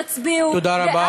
תודה רבה.